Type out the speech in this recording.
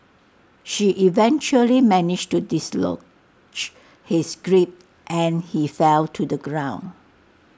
she eventually managed to dislodge his grip and he fell to the ground